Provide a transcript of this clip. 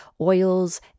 oils